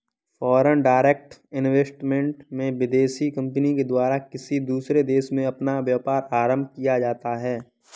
foreign direct investment में विदेशी company के द्वारा किसी दूसरे देश में अपना व्यापार आरंभ किया जाता है